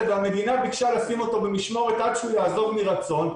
והמדינה ביקשה לשים אותו במשמורת עד שהוא יעזוב מרצון.